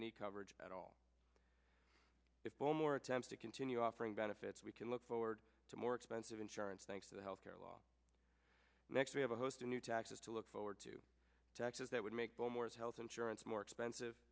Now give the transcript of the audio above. any coverage at all if no more attempts to continue offering benefits we can look forward to more expensive insurance thanks to the health care law next we have a host of new taxes to look forward to taxes that would make the more us health insurance more expensive